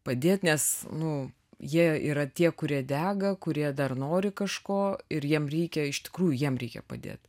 padėt nes nu jie yra tie kurie dega kurie dar nori kažko ir jiem reikia iš tikrųjų jiem reikia padėt